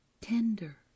tender